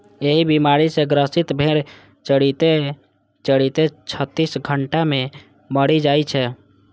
एहि बीमारी सं ग्रसित भेड़ चरिते चरिते छत्तीस घंटा मे मरि जाइ छै